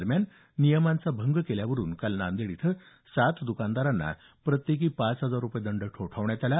दरम्यान नियमांचा भंग केल्यावरून काल नांदेड इथं सात दुकानदारांना प्रत्येकी पाच हजार रुपये दंड ठोठावण्यात आला